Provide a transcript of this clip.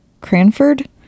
Cranford